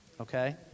Okay